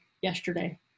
yesterday